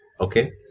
Okay